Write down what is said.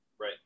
Right